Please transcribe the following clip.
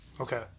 Okay